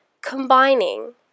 combining